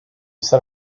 set